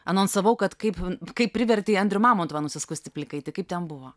anonsavau kad kaip kaip privertei andrių mamontovą nusiskusti plikai tik kaip ten buvo